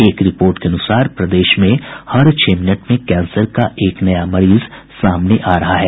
एक रिपोर्ट के अनुसार प्रदेश में हर छह मिनट में कैंसर का एक नया मरीज सामने आ रहा है